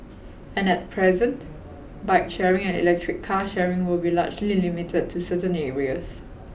and at present bike sharing and electric car sharing with be largely limited to certain areas